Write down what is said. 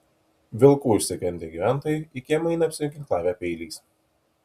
vilkų išsigandę gyventojai į kiemą eina apsiginklavę peiliais